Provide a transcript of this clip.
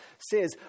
says